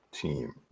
team